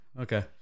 Okay